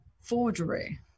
forgery